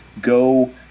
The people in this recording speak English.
Go